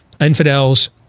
infidels